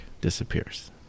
disappears